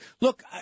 look